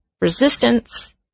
resistance